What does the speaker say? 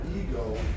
ego